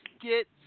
get